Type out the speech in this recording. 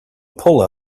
pull